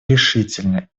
решительно